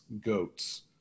goats